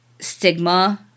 stigma